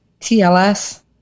tls